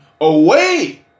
away